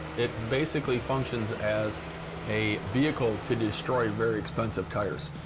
it basically functions as a vehicle to destroy very expensive tires.